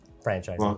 franchise